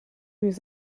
was